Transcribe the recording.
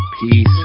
Peace